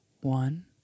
one